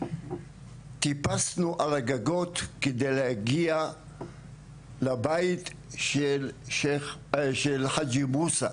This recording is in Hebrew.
טיפסנו על הגגות כדי להגיע לבית של חג'י מוסא,